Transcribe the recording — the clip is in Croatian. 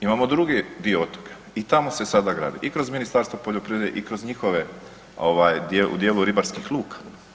Imamo drugi dio otoka i tamo se sada gradi i kroz Ministarstvo poljoprivrede i kroz njihove u dijelu ribarskih luka.